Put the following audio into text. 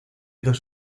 dos